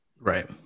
right